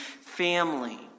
family